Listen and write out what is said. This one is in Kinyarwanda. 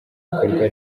ibikorwa